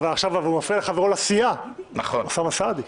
אבל עכשיו הוא מפריע לחברו לסיעה אוסאמה סעדי.